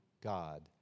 God